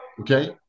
okay